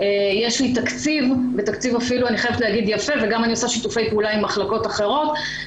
יש לי תקציב יפה ואני גם עושה שיתופי פעולה עם מחלקות אחרות.